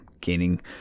gaining